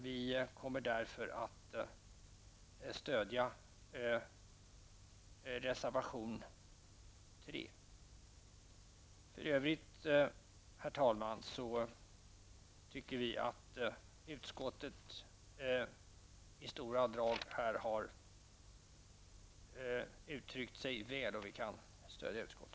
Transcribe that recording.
Vi kommer därför att stödja reservation nr 3. Herr talman! För övrigt tycker vi att utskottet i stora drag har uttryckt sig väl, och vi kan stödja utskottet.